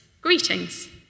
greetings